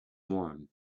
warm